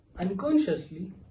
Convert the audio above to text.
Unconsciously